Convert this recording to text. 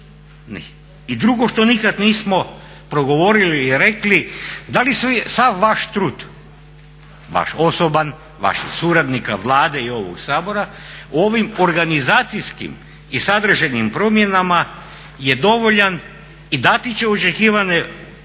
Drugo što nikad nismo progovorili i rekli, da li sav vaš trud, vaš osoban, vaših suradnika, Vlade i ovog Sabora ovim organizacijskim i sadržajnim promjenama je dovoljan i dati će očekivane učinke